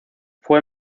fue